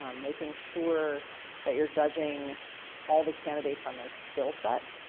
um making sure that you're judging all the candidates on their skills set,